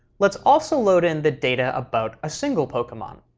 let's also load in the data about a single pokemon.